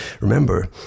Remember